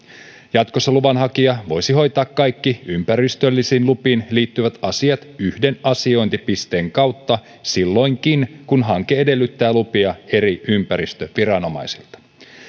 jatkossa luvanhakija voisi hoitaa kaikki ympäristöllisiin lupiin liittyvät asiat yhden asiointipisteen kautta silloinkin kun hanke edellyttää lupia eri ympäristöviranomaisilta